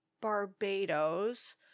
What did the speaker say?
Barbados